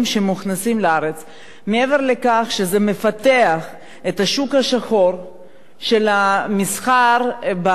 מעבר לכך שזה מפתח את השוק השחור של המסחר באלכוהול מזויף,